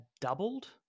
doubled